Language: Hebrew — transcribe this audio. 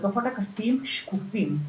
הדוחות הכספיים שלהן שקופים.